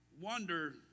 wonder